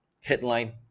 headline